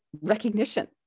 recognition